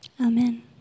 Amen